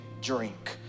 drink